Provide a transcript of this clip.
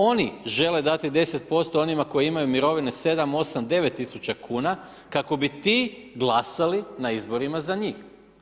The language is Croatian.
Oni žele dati 10% onima koji imaju mirovine 7, 8, 9.000 kuna kako bi ti glasali na izborima za njih.